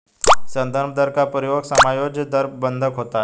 संदर्भ दर का प्रयोग समायोज्य दर बंधक होता है